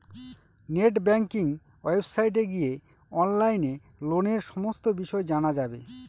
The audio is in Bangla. নেট ব্যাঙ্কিং ওয়েবসাইটে গিয়ে অনলাইনে লোনের সমস্ত বিষয় জানা যাবে